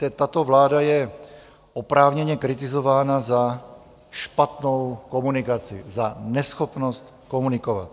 Víte, tato vláda je oprávněně kritizována za špatnou komunikaci, za neschopnost komunikovat.